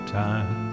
time